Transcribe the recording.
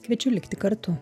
kviečiu likti kartu